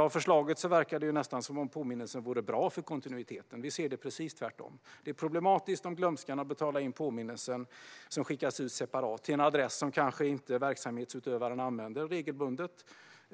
Av förslaget verkar det ju nästan som om påminnelsen vore bra för kontinuiteten. Vi anser att det är precis tvärtom. Det är problematiskt om glömskan att betala in efter att en separat påminnelse har skickats ut till en adress som verksamhetsutövaren inte använder regelbundet